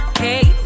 hey